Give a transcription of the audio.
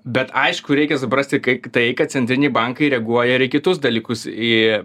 bet aišku reikia suprasti kaip tai kad centriniai bankai reaguoja ir į kitus dalykus į